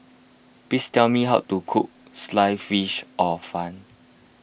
please tell me how to cook Sliced Fish Hor Fun